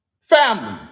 Family